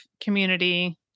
community